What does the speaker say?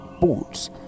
boots